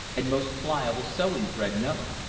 and most pliable sewing-thread known.